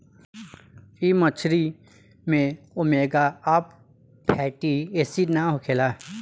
इ मछरी में ओमेगा आ फैटी एसिड ना होखेला